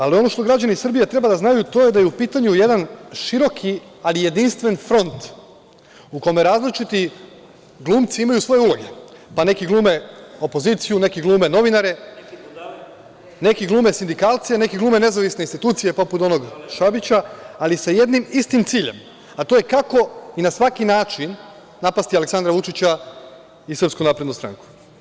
Ali, ono što građani Srbije treba da znaju to je da je u pitanju jedan široki, ali jedinstven front u kome različiti glumci imaju svoje uloge, pa neki glume opoziciju, neki glume novinare, neki glume sindikalce, neki glume nezavisne institucije, poput onog Šabića, ali sa jednim istim ciljem, a to je kako na svaki način napasti Aleksandra Vučića i SNS.